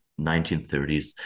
1930s